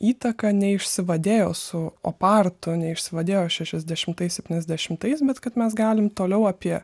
įtaka neišsivadėjo su opartu neišsivadėjo šešiasdešimtais septyniasdešimtais bet kad mes galim toliau apie